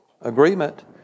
agreement